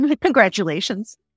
Congratulations